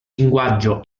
linguaggio